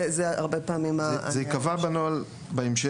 זה ייקבע בנוהל, בהמשך.